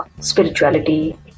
spirituality